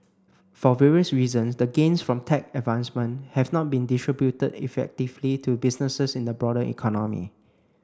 for various reasons the gains from tech advancement have not been distributed effectively to businesses in the broader economy